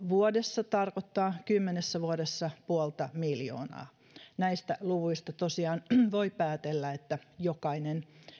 vuodessa tarkoittaa kymmenessä vuodessa puolta miljoonaa näistä luvuista tosiaan voi päätellä että jokainen